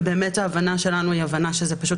ובאמת ההבנה שלנו היא הבנה שזה פשוט